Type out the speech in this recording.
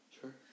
Sure